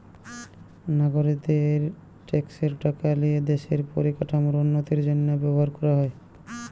নাগরিকদের ট্যাক্সের টাকা লিয়ে দেশের পরিকাঠামোর উন্নতির জন্য ব্যবহার করা হয়